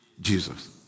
Jesus